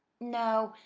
no,